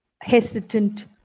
hesitant